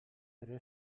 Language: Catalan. però